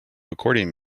accordion